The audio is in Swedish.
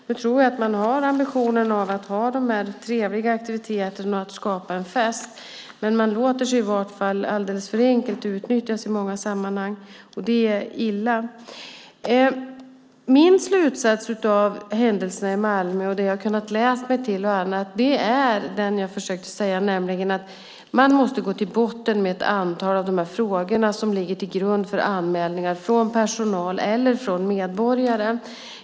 Nu tror jag att ambitionen är att ha trevliga aktiviteter och skapa en fest, men i många sammanhang låter man sig utnyttjas alldeles för enkelt, vilket är illa. Min slutsats av händelserna i Malmö, bland annat det jag kunnat läsa mig till, är, som jag försökt säga, att man måste gå till botten med ett antal av de frågor som ligger till grund för anmälningar från personal och medborgare.